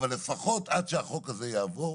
אבל לפחות, עד שהחוק הזה יעבור,